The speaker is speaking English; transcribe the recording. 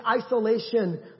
isolation